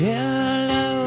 Hello